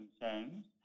concerns